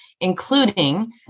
including